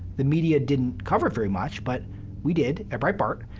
the media didn't cover it very much, but we did at breitbart.